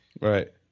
Right